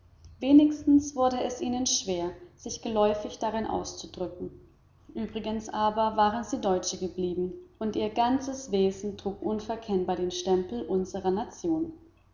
wenigstens wurde es ihnen schwer sich geläufig darin auszudrücken übrigens aber waren sie deutsche geblieben und ihr ganzes wesen trug unverkennbar den stempel unserer nation